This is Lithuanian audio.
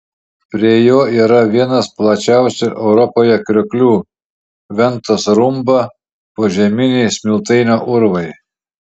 prie jo yra vienas plačiausių europoje krioklių ventos rumba požeminiai smiltainio urvai